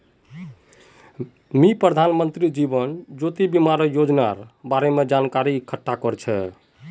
मी प्रधानमंत्री जीवन ज्योति बीमार योजनार बारे जानकारी इकट्ठा कर छी